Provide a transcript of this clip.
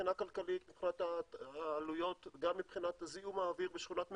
מבחינת העלויות הכלכליות וגם מבחינת זיהום האוויר בשכונת מגורים.